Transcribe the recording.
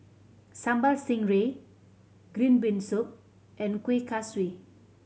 Sambal Stingray green bean soup and Kuih Kaswi